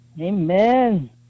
Amen